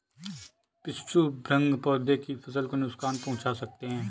पिस्सू भृंग पौधे की फसल को नुकसान पहुंचा सकते हैं